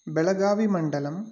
बेळगाविमण्डलम्